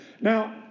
Now